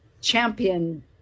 champion